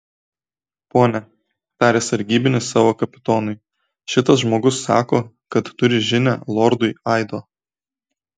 pone tarė sargybinis savo kapitonui šitas žmogus sako kad turi žinią lordui aido